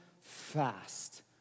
fast